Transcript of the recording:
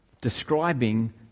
describing